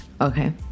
Okay